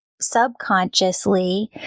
subconsciously